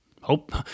hope